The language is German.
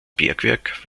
bergwerk